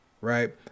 right